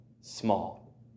small